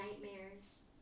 nightmares